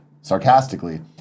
sarcastically